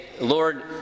Lord